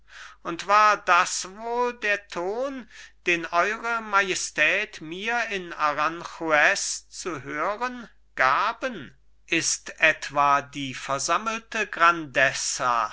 und war das wohl der ton den eure majestät mir in aranjuez zu hören gaben ist etwa die versammelte